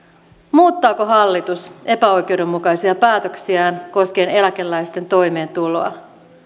muuttaako hallitus epäoikeudenmukaisia päätöksiään koskien eläkeläisten toimeentuloa ja